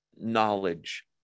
knowledge